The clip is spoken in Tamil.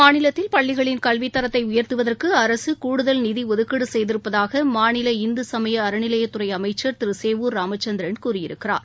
மாநிலத்தில் பள்ளிகளின் கல்வித்தரத்தை உயர்த்துவதற்கு அரசு கூடுதல் நிதி ஒதுக்கீடு செய்திருப்பதாக மாநில இந்து சமய அறநிலையத்துறை அமைச்சர் திரு சேவூர் ராமச்சந்திரன் கூறியிருக்கிறார்